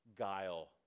Guile